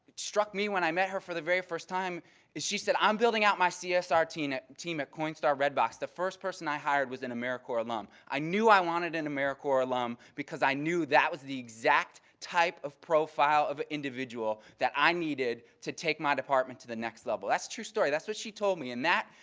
struck me when i met her for the very first time is she said i'm building out my csr team at team at coinstar red box, the first person i hired was an americorps alum. i knew i wanted an americorps alum because i knew that was the exact type of profile of individual that i needed to take my department to the next level. that's a true story. that's what she told me. and that,